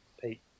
Pete